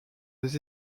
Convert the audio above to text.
les